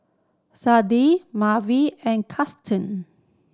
Sade Merwin and Krysten